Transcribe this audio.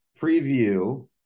preview